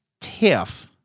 TIFF